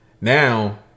Now